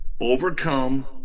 overcome